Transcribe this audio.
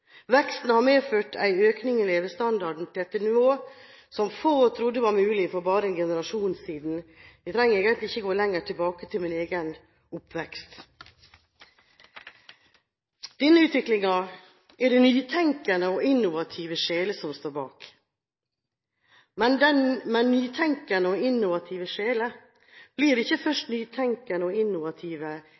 Veksten har medført en økning i levestandarden til et nivå som få trodde var mulig for bare en generasjon siden. Jeg trenger egentlig ikke gå lenger tilbake enn til min egen oppvekst. Denne utviklingen er det nytenkende og innovative sjeler som står bak. Men en nytenkende og innovative sjel blir ikke først nytenkende og